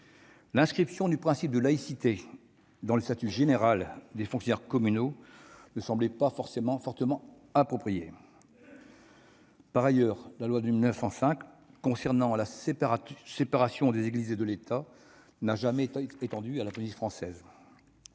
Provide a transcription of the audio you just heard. l'inscription du principe de laïcité dans le statut général des fonctionnaires communaux ne semblait pas forcément appropriée. Par ailleurs, la loi de 1905 concernant la séparation des Églises et de l'État n'a jamais été étendue à la Polynésie française.